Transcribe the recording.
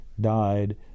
died